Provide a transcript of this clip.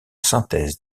synthèse